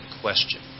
question